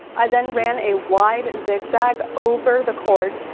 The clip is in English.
i then ran a wide zigzag over the cord,